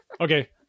Okay